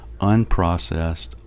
unprocessed